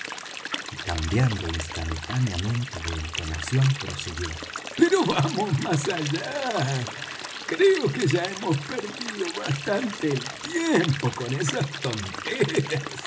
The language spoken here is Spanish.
y cambiando instantáneamente de entonación prosiguió pero vamos allá creo que ya hemos perdido bastante el tiempo con esas tonteras